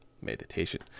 meditation